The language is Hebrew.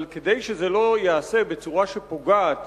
אבל כדי שזה לא ייעשה בצורה שפוגעת